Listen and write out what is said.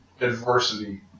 adversity